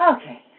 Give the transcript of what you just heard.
Okay